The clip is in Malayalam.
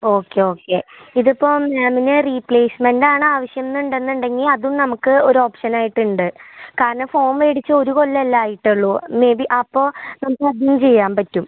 ഓക്കെ ഓക്കെ ഇതിപ്പം മാമിന് റീപ്ലേസ്മെൻറ്റാണാവശ്യന്നുണ്ടെന്നുണ്ടെങ്കീ അതും നമുക്ക് ഒരോപ്ഷനായിട്ടുണ്ട് കാരണം ഫോൺ മേടിച്ചൊര്കൊല്ലല്ലായിട്ടുള്ളൂ മെ ബി അപ്പോൾ നമുക്കതിന് ചെയ്യാൻ പറ്റും